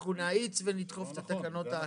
אנחנו נאיץ ונדחוף את התקנות האחרות.